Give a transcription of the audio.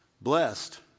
Blessed